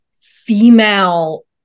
Female